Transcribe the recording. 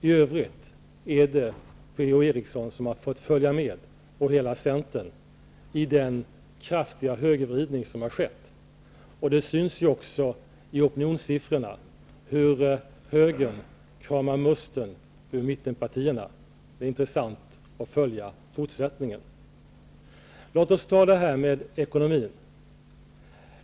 I övrigt är det Per-Ola Eriksson och hela Centern som har fått följa med i den kraftiga högervridning som har skett. Det syns också i opinionssiffrorna hur högern kramar musten ur mittenpartierna. Det skall bli intressant att följa fortsättningen. Låt oss ta detta med ekonomin.